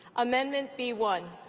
amendment b one.